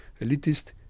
Elitist